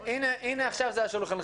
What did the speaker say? הנה, עכשיו זה על שולחנכם.